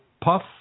puff